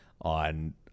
on